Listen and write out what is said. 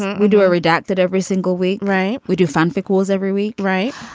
we do a redacted every single week. right. we do fanfic wars every week. right.